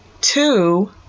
Two